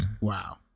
Wow